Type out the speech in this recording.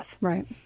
Right